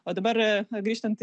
o dabar grįžtant